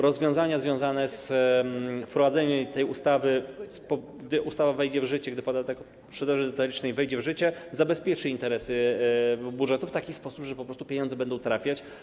Rozwiązania związane z wprowadzeniem tej ustawy, gdy ustawa wejdzie w życie, gdy podatek od sprzedaży detalicznej wejdzie w życie, zabezpieczą interesy budżetu w taki sposób, że po prostu pieniądze będą tam trafiać.